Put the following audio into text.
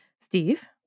Steve